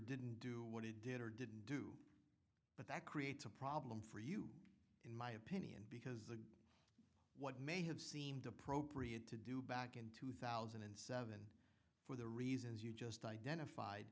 didn't do what he did or didn't do but that creates a problem for you in my opinion because what may have seemed appropriate to do back in two thousand and seven for the reasons you just identified